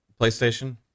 PlayStation